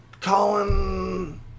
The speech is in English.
Colin